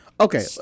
Okay